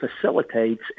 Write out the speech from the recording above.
facilitates